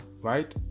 right